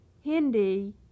Hindi